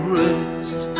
rest